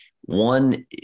One